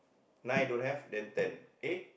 nine don't have then ten eh